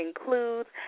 includes